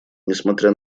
несмотря